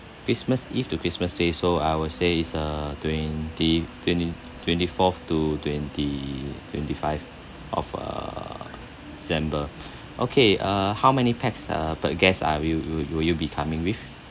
christmas eve to christmas day so I will say is uh twenty twenty twenty fourth to twenty twenty five of err december okay uh how many pax uh per guest are will will will you be coming with